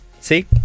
See